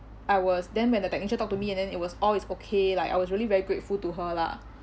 I was then when the technician talk to me and then it was all it's okay like I was really very grateful to her lah